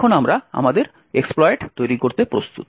এখন আমরা আমাদের এক্সপ্লয়েট তৈরি করতে প্রস্তুত